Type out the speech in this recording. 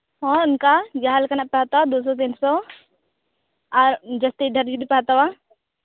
ᱦᱚᱸ ᱚᱱᱠᱟ ᱡᱟᱦᱟᱸ ᱞᱮᱠᱟᱱᱟᱜ ᱯᱮ ᱦᱟᱛᱟᱣ ᱫᱩ ᱥᱚ ᱛᱤᱱ ᱥᱚ ᱟᱨ ᱡᱟᱹᱥᱛᱤ ᱰᱷᱮᱨ ᱡᱩᱫᱤ ᱯᱮ ᱦᱟᱛᱟᱣᱟ